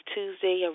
Tuesday